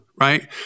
right